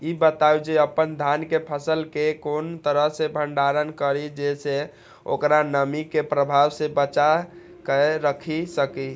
ई बताऊ जे अपन धान के फसल केय कोन तरह सं भंडारण करि जेय सं ओकरा नमी के प्रभाव सं बचा कय राखि सकी?